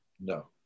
No